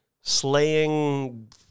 slaying